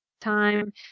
time